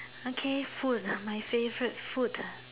okay food uh my favourite food ah